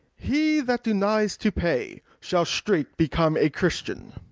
he that denies to pay, shall straight-become a christian.